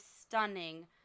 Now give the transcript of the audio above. stunning